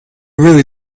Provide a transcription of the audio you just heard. really